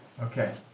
Okay